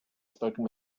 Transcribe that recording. spoken